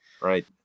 right